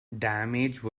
damage